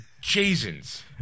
Jason's